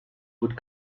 would